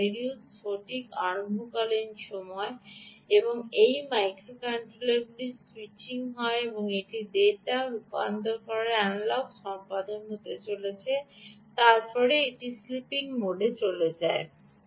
এটি এই রেডিও স্ফটিক প্রারম্ভকালীন সময় এটি এই মাইক্রোকন্ট্রোলারটি স্যুইচিং হয় এটি ডেটা রূপান্তরটির অ্যানালগ সম্পাদন করে চলেছে এবং তারপরে এটি চলছে ঘমুতে যাও